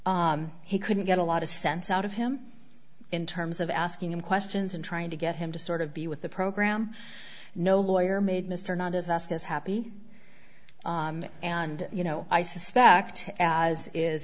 he couldn't get a lot of sense out of him in terms of asking him questions and trying to get him to sort of be with the program no lawyer made mr not as fast as happy and you know i suspect as is